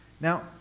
now